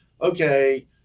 okay